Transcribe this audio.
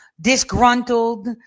disgruntled